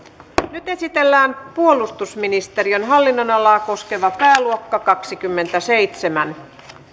nyt esitellään puolustusministeriön hallinnonalaa koskeva pääluokka kaksikymmentäseitsemän